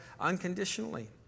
unconditionally